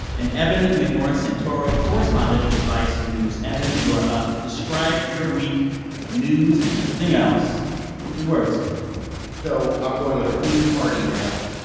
and evan mcmorris-santoro, correspondent for vice news. evan, you are up. describe your week of news and everything else in three words so i'm going with, whose party now?